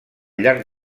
llarg